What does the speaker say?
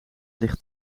ligt